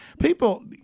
People